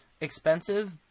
expensive